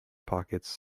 pockets